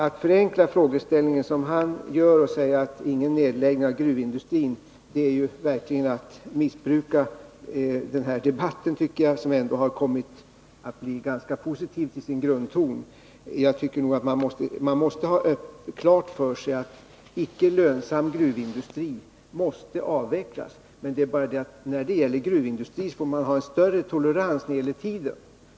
Att förenkla frågeställningen som han gör och säga att det inte skall bli någon nedläggning av gruvindustrin, det tycker jag verkligen är att missbruka den här debatten, som ändå har kommit att bli ganska positiv till sin grundton. Man måste ha klart för sig att icke lönsam gruvindustri måste avvecklas. Men när det gäller gruvindustri får man ha större tolerans i fråga om tiden.